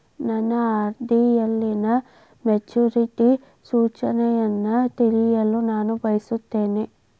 ನನ್ನ ಆರ್.ಡಿ ಯಲ್ಲಿನ ಮೆಚುರಿಟಿ ಸೂಚನೆಯನ್ನು ತಿಳಿಯಲು ನಾನು ಬಯಸುತ್ತೇನೆ